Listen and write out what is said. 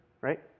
right